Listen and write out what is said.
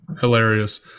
hilarious